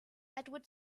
edward